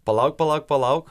palauk palauk palauk